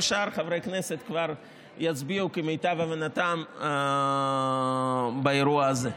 כל שאר חברי הכנסת כבר יצביעו כמיטב הבנתם באירוע הזה.